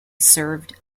served